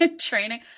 training